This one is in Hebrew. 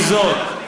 עם זאת,